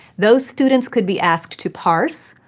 those students could be asked to parse,